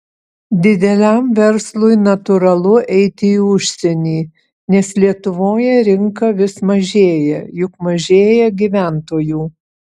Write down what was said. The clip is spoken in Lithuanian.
dideliam verslui natūralu eiti į užsienį nes lietuvoje rinka vis mažėja juk mažėja gyventojų